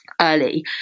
Early